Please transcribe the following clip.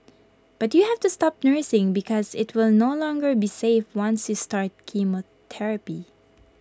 but you have to stop nursing because IT will no longer be safe once you start chemotherapy